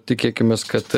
tikėkimės kad